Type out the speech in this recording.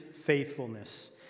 Faithfulness